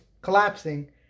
collapsing